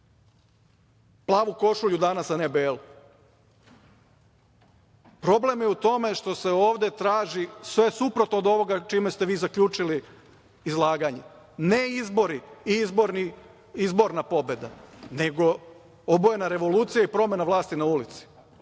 plavu košulju danas, a ne belu. Problem je u tome što se ovde traži sve suprotno od ovoga čime ste vi zaključili izlaganje. Ne izbori i izborna pobeda, nego obojena revolucija i promena vlasti na ulici.